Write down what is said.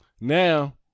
Now